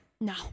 No